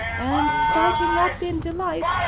and starting up in delight,